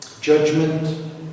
judgment